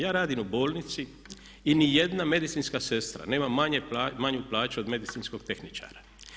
Ja radim u bolnici i nijedna medicinska sestra nema manju plaću od medicinskog tehničara.